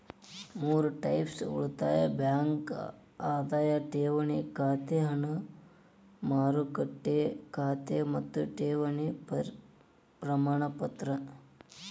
ಮೂರ್ ಟೈಪ್ಸ್ ಉಳಿತಾಯ ಬ್ಯಾಂಕ್ ಅದಾವ ಠೇವಣಿ ಖಾತೆ ಹಣ ಮಾರುಕಟ್ಟೆ ಖಾತೆ ಮತ್ತ ಠೇವಣಿ ಪ್ರಮಾಣಪತ್ರ